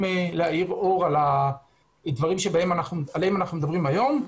להאיר אור על הדברים שעליהם אנחנו מדברים היום.